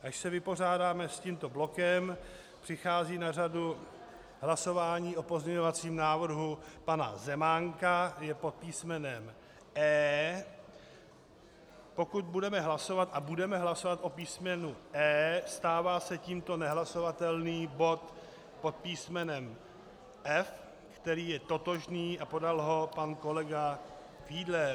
Až se vypořádáme s tímto blokem, přichází na řadu hlasování o pozměňovacím návrhu pana Zemánka, kde pod písmenem E, pokud budeme hlasovat a budeme hlasovat o písmenu E, stává se tímto nehlasovatelný bod pod písmenem F, který je totožný a podal ho pan kolega Fiedler.